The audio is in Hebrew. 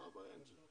מה הבעיה עם זה?